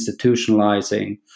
institutionalizing